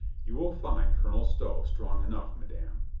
you will find colonel stow strong enough, madame,